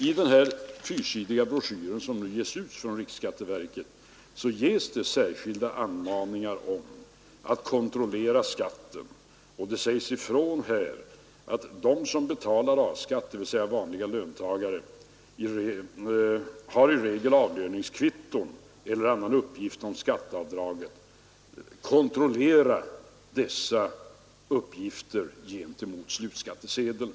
I den fyrsidiga broschyr som ges ut från riksskatteverket finns det särskilda anmaningar om att kontrollera skatten, och det sägs ifrån att de som betalar A-skatt, dvs. vanliga löntagare, i regel har avlöningskvitton eller andra uppgifter om skatteavdragen och att de bör kontrollera dessa uppgifter mot slutskattesedeln.